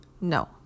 No